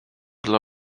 dla